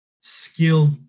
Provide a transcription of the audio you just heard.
skilled